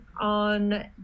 on